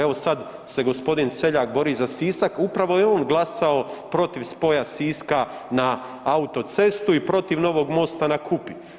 Evo sad se g. Celjak bori za Sisak, upravo je on glasao protiv spoja Siska na autocestu i protiv novog mosta na Kupi.